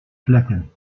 vlekken